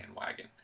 bandwagon